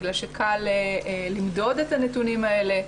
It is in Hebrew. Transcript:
בגלל שקל למדוד את הנתונים האלה.